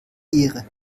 ehre